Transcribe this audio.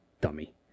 Dummy